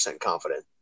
confident